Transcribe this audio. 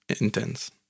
intense